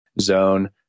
zone